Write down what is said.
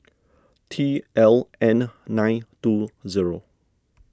T L N nine two zero